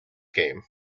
game